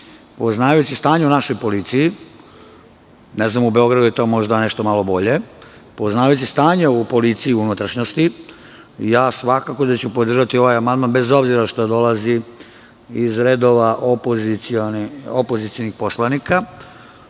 Poznavajući stanje u našoj policiji, možda je u Beogradu to nešto malo bolje, poznavajući stanje u policiji u unutrašnjosti, svakako ću podržati ovaj amandman, bez obzira što dolazi iz redova opozicionih poslanika.